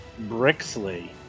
Brixley